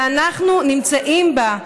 ואנחנו נמצאים בה.